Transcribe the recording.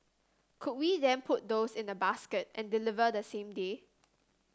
could we then put those in a basket and deliver the same day